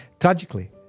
Tragically